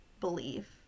believe